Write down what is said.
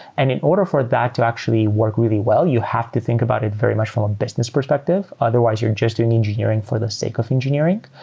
and in order for that to actually work really well, you have to think about it very much from a business perspective. otherwise, you're just doing engineering for the sake of engineering.